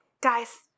guys